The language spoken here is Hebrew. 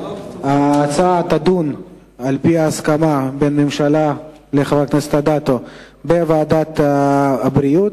ההצעה תידון על-פי הסכמה בין הממשלה לחברת הכנסת אדטו בוועדת הבריאות.